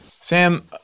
Sam